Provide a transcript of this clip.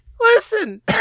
listen